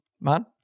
man